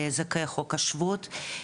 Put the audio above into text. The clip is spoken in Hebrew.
וזכאי חוק השבות.